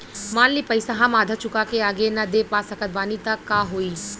मान ली पईसा हम आधा चुका के आगे न दे पा सकत बानी त का होई?